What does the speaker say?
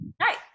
Hi